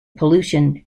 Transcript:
pollution